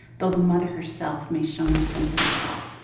though the mother herself may show no symptoms at all.